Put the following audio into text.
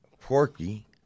Porky